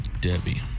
Debbie